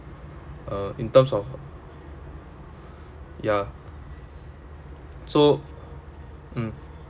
uh in terms of yeah so mm